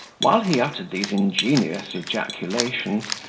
while he uttered these ingenious ejaculations,